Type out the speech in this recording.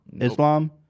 islam